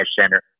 center